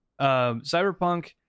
Cyberpunk